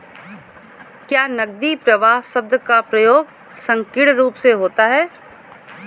क्या नकदी प्रवाह शब्द का प्रयोग संकीर्ण रूप से होता है?